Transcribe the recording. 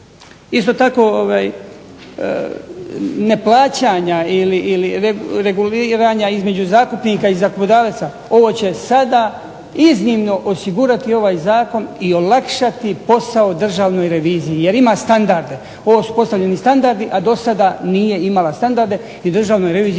isto tako neplaćanja ili reguliranja između zakupnika i zakupnodavaca, ovo će sada iznimno osigurati ovaj zakon i olakšati posao Državnoj reviziji, jer ima standarde. Ovo su postavljeni standardi, a do sada nije imala standarde i Državnoj reviziji